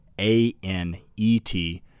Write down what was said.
A-N-E-T